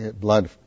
blood